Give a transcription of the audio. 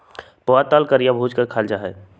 पोहा तल कर या भूज कर खाल जा हई